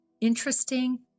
interesting